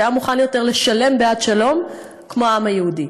שהיו מוכן יותר לשלם בעד שלום כמו העם היהודי,